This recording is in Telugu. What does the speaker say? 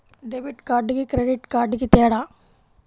డెబిట్ కార్డుకి క్రెడిట్ కార్డుకి తేడా?